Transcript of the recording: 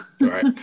right